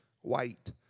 white